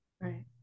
Right